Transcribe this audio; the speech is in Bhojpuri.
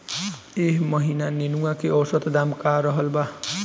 एह महीना नेनुआ के औसत दाम का रहल बा?